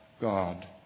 God